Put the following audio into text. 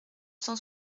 cent